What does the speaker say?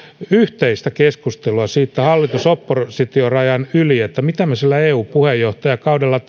yhteistä keskustelua hallitus oppositiorajan yli siitä mitä me sillä eu puheenjohtajakaudella